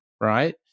right